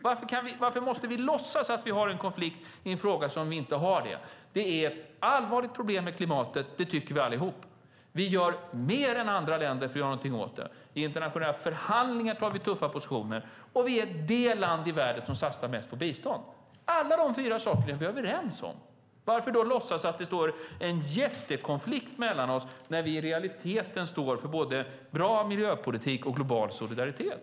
Varför måste vi låtsas att vi har en konflikt i en fråga där vi inte har det? Det är ett allvarligt problem med klimatet; det tycker vi allihop. Vi gör mer än andra länder för att göra någonting åt det. Vi tar tuffa positioner i internationella förhandlingar. Vi är det land i världen som satsar mest på bistånd. Alla dessa fyra saker är vi överens om. Varför då låtsas att det står en jättekonflikt mellan oss när vi i realiteten står för både bra miljöpolitik och global solidaritet?